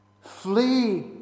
Flee